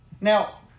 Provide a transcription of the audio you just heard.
Now